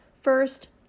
First